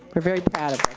we're very proud of